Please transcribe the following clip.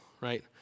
right